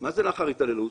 מה זה לאחר התעללות?